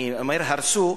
אני אומר "הרסו"